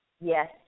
yes